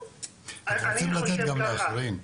אנחנו רוצים לתת גם לאחרים.